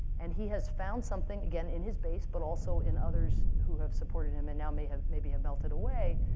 and he has found something, again, in his base, but also in others who have supported him and now may have maybe have melted away.